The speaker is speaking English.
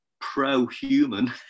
pro-human